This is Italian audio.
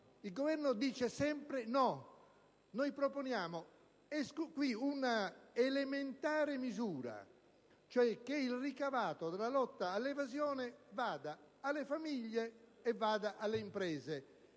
Il Governo dice sempre di no. Noi proponiamo qui un'elementare misura, cioè che il ricavato della lotta all'evasione vada alle famiglie e alle imprese: